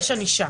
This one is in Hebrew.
יש ענישה.